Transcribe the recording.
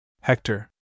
Hector